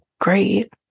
great